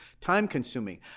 time-consuming